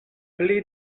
pli